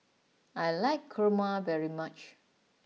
I like Kurma very much